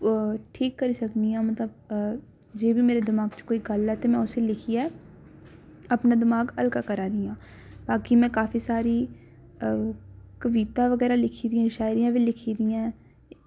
ओह् ठीक करी सकनी आं मतलब जे बी मेरे दमाग च कोई गल्ल ऐ ते में उस्सी लिखियै अपना दमाग हल्का करानी आं बाकी में काफी सारी कविता बगैरा लिखी दियां शायरियां बी लिखी दियां